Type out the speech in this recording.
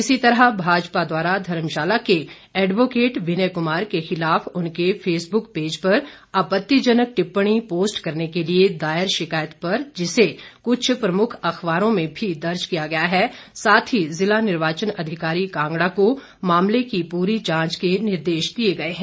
इसी तरह भाजपा द्वारा धर्मशाला के एडवोकेट विनय कुमार के खिलाफ उनके फेसबुक पेज पर आपत्तिजनक टिप्पणी पोस्ट करने के लिए दायर शिकायत पर जिसे कुछ प्रमुख अखबारों में भी दर्ज किया गया है साथ ही जिला निर्वाचन अधिकारी कांगड़ा को मामले की पूरी जांच के निर्देश दिए गए है